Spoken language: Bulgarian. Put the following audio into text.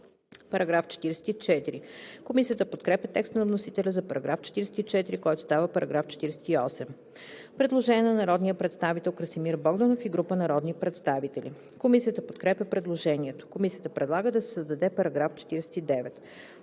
ред.“ Комисията подкрепя текста на вносителя за § 44, който става § 48. Предложение на народния представител Красимир Богданов и група народни представители. Комисията подкрепя предложението. Комисията предлага да се създаде § 49: „§ 49.